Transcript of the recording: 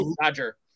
Roger